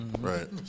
Right